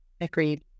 Agreed